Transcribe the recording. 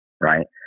right